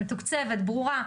מתוקצבת וברורה.